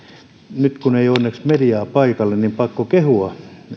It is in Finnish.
nyt kun ei ole onneksi mediaa paikalla on pakko kehua